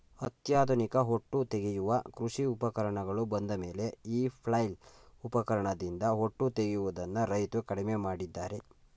ಅತ್ಯಾಧುನಿಕ ಹೊಟ್ಟು ತೆಗೆಯುವ ಕೃಷಿ ಉಪಕರಣಗಳು ಬಂದಮೇಲೆ ಈ ಫ್ಲೈಲ್ ಉಪಕರಣದಿಂದ ಹೊಟ್ಟು ತೆಗೆಯದನ್ನು ರೈತ್ರು ಕಡಿಮೆ ಮಾಡಿದ್ದಾರೆ